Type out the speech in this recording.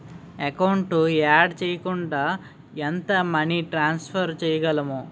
Account add చేయకుండా ఎంత money transfer చేయగలము?